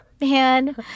man